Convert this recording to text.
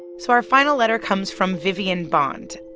so our final letter comes from vivian bond.